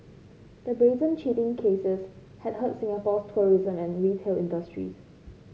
the brazen cheating cases had hurt Singapore's tourism and retail industries